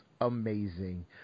amazing